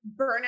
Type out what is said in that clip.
burnout